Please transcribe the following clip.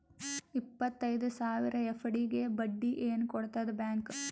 ಇಪ್ಪತ್ತೈದು ಸಾವಿರ ಎಫ್.ಡಿ ಗೆ ಬಡ್ಡಿ ಏನ ಕೊಡತದ ಬ್ಯಾಂಕ್?